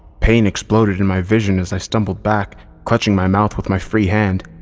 pain exploded in my vision as i stumbled back, clutching my mouth with my free hand.